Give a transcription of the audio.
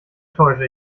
täusche